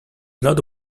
not